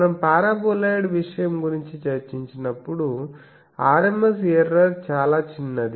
మనం పారాబొలోయిడ్ విషయం గురించి చర్చించినప్పుడు RMS ఎర్రర్ చాలా చిన్నది